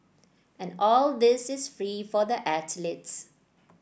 and all this is free for the athletes